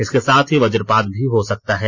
इसके साथ ही वजपात भी हो सकता है